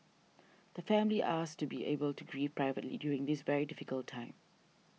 the family asks to be able to grieve privately during this very difficult time